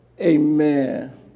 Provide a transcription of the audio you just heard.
Amen